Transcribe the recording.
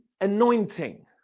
anointing